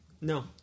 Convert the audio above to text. No